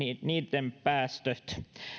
päästöt